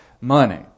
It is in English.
money